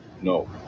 No